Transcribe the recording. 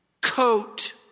coat